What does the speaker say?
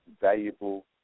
valuable